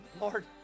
Lord